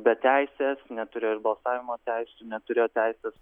beteisės neturėjo ir balsavimo teisių neturėjo teisės